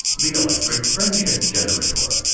the electric friendship generator.